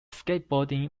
skateboarding